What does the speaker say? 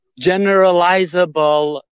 generalizable